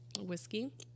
whiskey